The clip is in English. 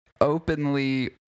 openly